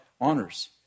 honors